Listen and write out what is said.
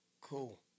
cool